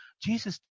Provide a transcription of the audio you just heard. Jesus